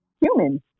human